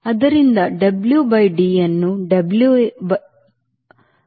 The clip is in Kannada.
ಆದ್ದರಿಂದ WD ಅನ್ನು W ಎಂದು S ವ್ಯಕ್ತಪಡಿಸಿದೆ